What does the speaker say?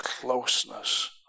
closeness